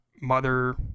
mother